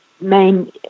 main